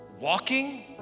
Walking